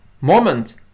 moment